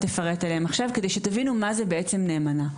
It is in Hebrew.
אפרט עליהם עכשיו על מנת שתבינו מה זה בעצם נאמנה.